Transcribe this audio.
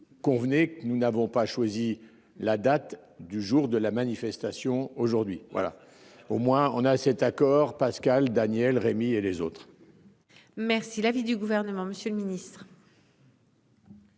Convenez que nous n'avons pas choisi la date du jour de la manifestation aujourd'hui. Voilà au moins on a cet accord Pascale Daniel Rémy et les autres. Merci l'avis du gouvernement, monsieur le ministre.